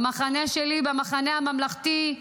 במחנה שלי, במחנה הממלכתי,